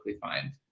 find